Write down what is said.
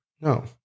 No